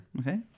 Okay